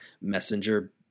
messenger